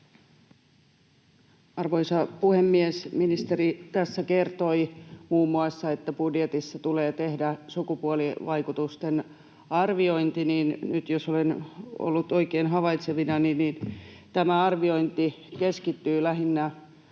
Arvoisa puhemies! Ministeri kertoi muun muassa, että budjetissa tulee tehdä sukupuolivaikutusten arviointi. Nyt jos olen ollut oikein havaitsevinani, niin tämä arviointi keskittyy lähinnä